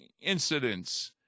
incidents